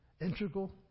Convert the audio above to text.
Integral